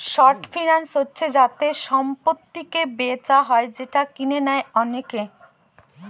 short finance হচ্ছে যাতে সম্পত্তিকে বেচা হয় যেটা কিনে নেয় অনেকে